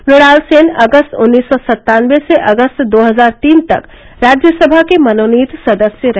मुणाल सेन अगस्त उन्नीस सौ सत्तानवे से अगस्त दो हजार तीन तक राज्यसभा के मनोनीत सदस्य रहे